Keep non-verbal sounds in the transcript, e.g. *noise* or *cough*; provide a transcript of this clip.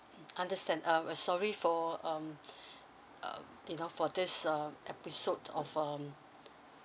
mm understand uh uh sorry for um *breath* uh you know for this um episodes of um